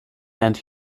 and